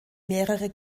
mehrere